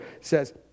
says